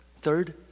Third